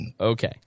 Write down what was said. Okay